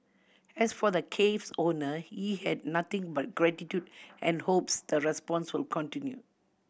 as for the cafe's owner he had nothing but gratitude and hopes the response will continue